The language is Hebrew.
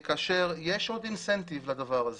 יש עוד אינסנטיב לדבר הזה.